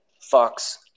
Fox